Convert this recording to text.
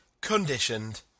conditioned